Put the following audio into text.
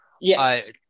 Yes